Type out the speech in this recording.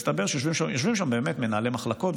יושבים שם מנהלי מחלקות,